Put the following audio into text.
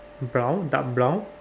brown dark brown